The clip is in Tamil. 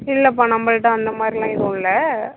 இல்லைப்பா நம்மள்ட்ட அந்தமாதிரிலாம் எதுவும் இல்லை